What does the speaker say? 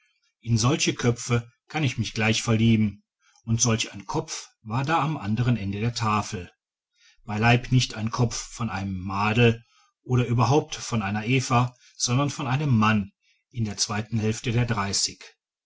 in solche köpfe kann ich mich gleich verlieben und solch ein kopf war da am anderen ende der tafel beileib nicht ein kopf von einem madel oder überhaupt von einer eva sondern von einem mann in der zweiten hälfte der dreißig